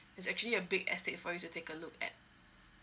is actually a big estate for you to take a look at